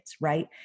right